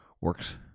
works